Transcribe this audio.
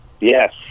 Yes